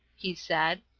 he said.